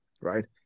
right